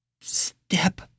step